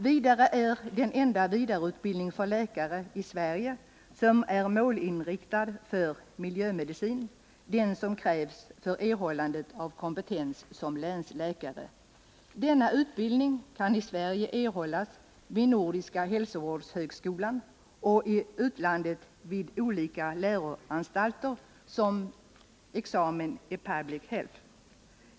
Dessutom är den enda vidareutbildning för läkare i Sverige som är målinriktad för miljömedicin den som krävs för erhållande av kompetens som länsläkare. Denna utbildning kan i Sverige erhållas vid Nordiska hälsovårdshögskolan och i utlandet vid vissa läroanstalter, där mant.ex. kan avlägga examen i Public Health.